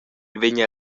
vegn